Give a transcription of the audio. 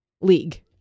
league